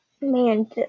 Man